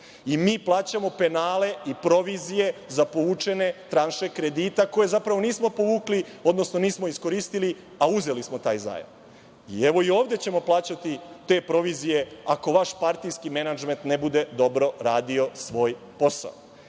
i mi plaćamo penale i provizije za povučene tranše kredita koje zapravo nismo iskoristili, a uzeli smo taj zajam. Evo i ovde ćemo plaćati te provizije ako vaš partijski menadžment ne bude dobro radio svoj posao. Ovo